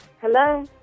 Hello